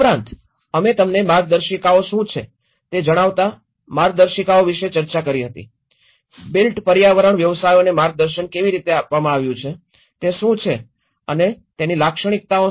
ઉપરાંત અમે તમને માર્ગદર્શિકાઓ શું છે તે જણાવતા માર્ગદર્શિકાઓ વિષે ચર્ચા કરી હતી બિલ્ટ પર્યાવરણ વ્યવસાયોને માર્ગદર્શન કેવી રીતે આપવામાં આવ્યું છે તે શું છે અને શું છે તેની લક્ષ્યતા